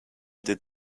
did